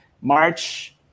March